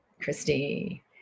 Christy